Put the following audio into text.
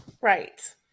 Right